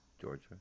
Georgia